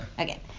Okay